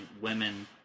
women